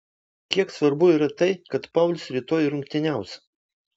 kiek svarbu yra tai kad paulius rytoj rungtyniaus